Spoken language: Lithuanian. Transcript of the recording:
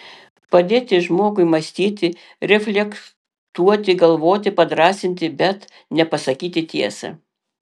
padėti žmogui mąstyti reflektuoti galvoti padrąsinti bet ne pasakyti tiesą